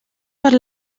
per